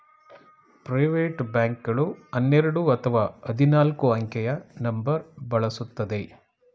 private bank ಗಳು ಹನ್ನೆರಡು ಅಥವಾ ಹದಿನಾಲ್ಕು ಅಂಕೆಯ ನಂಬರ್ ಬಳಸುತ್ತದೆ